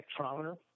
spectrometer